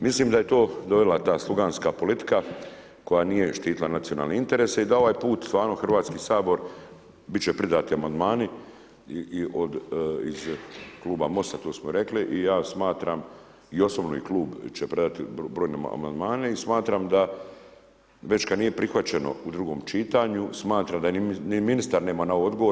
Mislim da je to dovela ta sluganska politika koja nije štitila nacionalne interese i da ovaj put stvarno Hrvatski sabor, bit će predati amandmani iz Kluba Mosta to smo rekli i ja smatram i osobno i Klub će predat brojne amandmane i smatram da već kad nije prihvaćeno u drugom čitanju, smatram da ni ministar nema odgovore.